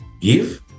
give